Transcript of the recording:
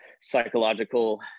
psychological